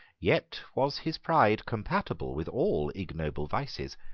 yet was his pride compatible with all ignoble vices.